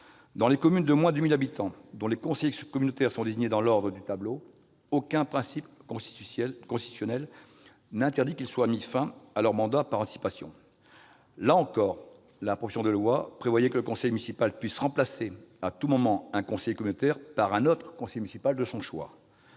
Dans les communes de moins de 1 000 habitants, dont les conseillers communautaires sont désignés dans l'ordre du tableau, aucun principe constitutionnel n'interdit qu'il soit mis fin par anticipation au mandat de ces conseillers. Là encore, la proposition de loi prévoyait que le conseil municipal puisse remplacer à tout moment un conseiller communautaire par un autre conseiller municipal de son choix.